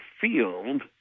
field